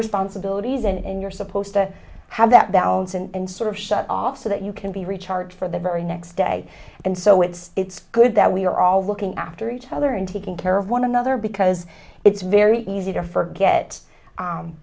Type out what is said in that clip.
responsibilities and you're supposed to have that balance and sort of shut off so that you can be recharged for the very next day and so it's it's good that we're all looking after each other and taking care of one another because it's very easy to forget